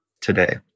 today